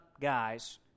guys